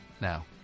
now